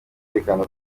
umutekano